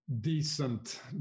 decent